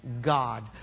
God